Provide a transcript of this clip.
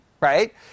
right